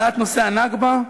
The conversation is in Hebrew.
העלאת נושא הנכבה,